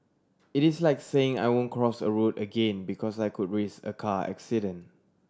it is like saying I won't cross a road again because I could risk a car accident